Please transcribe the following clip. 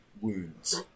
wounds